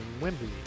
Wembley